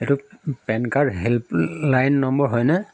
এইটো PAN card helpline number হয়নে